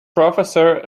professor